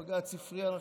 בג"ץ הפריע לכם?